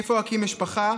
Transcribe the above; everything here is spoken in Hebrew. איפה אקים משפחה,